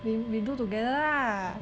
we we do together lah